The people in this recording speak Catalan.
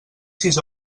sis